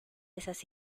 esas